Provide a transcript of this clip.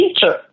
teacher